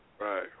Right